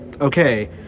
okay